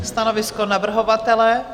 Stanovisko navrhovatele?